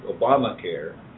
Obamacare